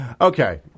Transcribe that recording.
Okay